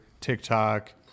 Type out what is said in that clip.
TikTok